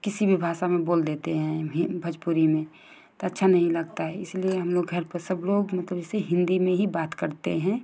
किसी भी भाषा में बोल देते हैं भोजपुरी में तो अच्छा नहीं लगता हैं इसलिए हम लोग घर पर सब लोग मतलब जैसे हिंदी में हीं बात करते हैं